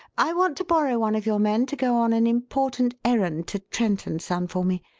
i want to borrow one of your men to go on an important errand to trent and son for me.